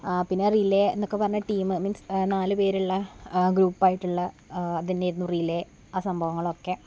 പിന്നെ റിലേ എന്നൊക്കെ പറഞ്ഞ ടീം മീൻസ് നാല് പേരുള്ള ഗ്രുപ്പായിട്ടുള്ള ഇത് തന്നെ ആയിരുന്നു റിലേ ആ സംഭവങ്ങളൊക്കെ